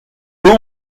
beau